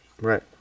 Right